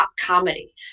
comedy